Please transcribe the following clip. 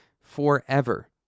forever